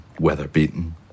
weather-beaten